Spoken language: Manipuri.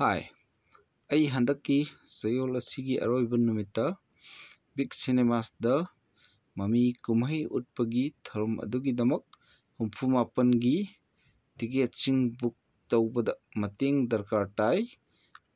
ꯍꯥꯏ ꯑꯩ ꯍꯟꯗꯛꯀꯤ ꯆꯌꯣꯜ ꯑꯁꯤꯒꯤ ꯑꯔꯣꯏꯕ ꯅꯨꯃꯤꯠꯇ ꯕꯤꯛ ꯁꯤꯅꯤꯃꯥꯁꯇ ꯃꯃꯤ ꯀꯨꯝꯍꯩ ꯎꯠꯄꯒꯤ ꯊꯧꯔꯝ ꯑꯗꯨꯒꯤꯗꯃꯛ ꯍꯨꯝꯐꯨꯃꯥꯄꯟꯒꯤ ꯇꯤꯀꯦꯠꯁꯤꯡ ꯕꯨꯛ ꯇꯧꯕꯗ ꯃꯇꯦꯡ ꯗꯔꯀꯥꯔ ꯇꯥꯏ